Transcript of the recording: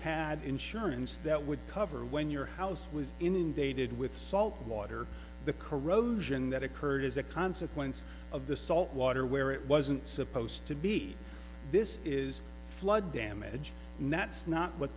had insurance that would cover when your house was in dated with salt water the corrosion that occurred as a consequence of the salt water where it wasn't supposed to be this is flood damage and that's not what